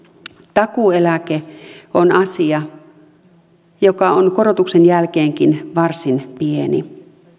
takuueläke on asia joka on korotuksen jälkeenkin varsin pieni